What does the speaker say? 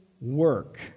work